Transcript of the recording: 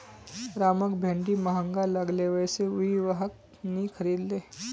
रामक भिंडी महंगा लागले वै स उइ वहाक नी खरीदले